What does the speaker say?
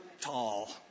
tall